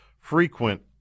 frequent